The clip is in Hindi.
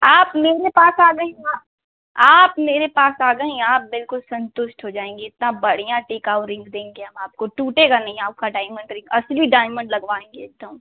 आप मेरे पास आ गई यहाँ आप मेरे पास आ गईं आप बिल्कुल संतुष्ट हो जाएँगी इतना बढ़िया टिकाऊ रिंग देंगे हम आपको टूटेगा नहीं आपका डाइमंड रिंग असली डाइमंड लगवाएँगे एकदम